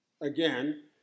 again